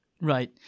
Right